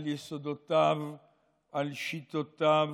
על יסודותיו,